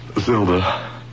Zelda